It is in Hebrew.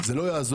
זה לא יעזור.